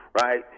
right